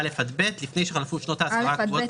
אז עושים ממוצע כדי להקל עליו.